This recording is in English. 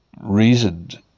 reasoned